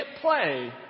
play